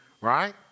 Right